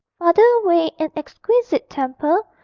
farther away, an exquisite temple,